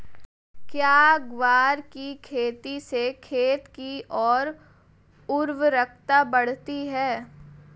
क्या ग्वार की खेती से खेत की ओर उर्वरकता बढ़ती है?